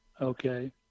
okay